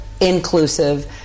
inclusive